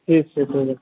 ठीक छै